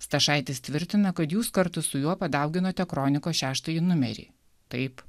stašaitis tvirtina kad jūs kartu su juo padauginote kronikos šeštąjį numerį taip